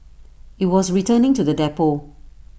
IT was returning to the depot